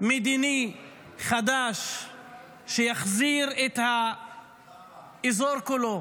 מדיני חדש שיחזיר את האזור כולו